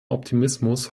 optimismus